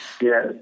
Yes